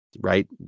right